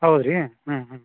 ಹೌದ್ ರೀ ಹ್ಞೂ ಹ್ಞೂ